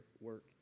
work